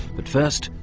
but first,